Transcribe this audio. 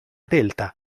delta